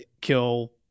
kill